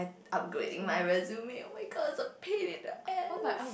upgrading my resume oh-my-god it's a pain in the ass